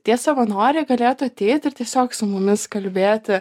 tie savanoriai galėtų ateit ir tiesiog su mumis kalbėti